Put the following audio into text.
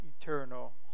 eternal